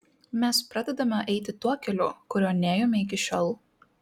mes pradedame eiti tuo keliu kuriuo nėjome iki šiol